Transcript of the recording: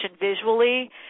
visually